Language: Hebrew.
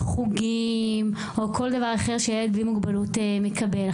חוגים או כל דבר אחר שילד בלי מוגבלות מקבל.